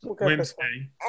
Wednesday